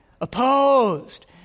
Opposed